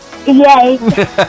Yay